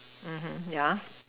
yeah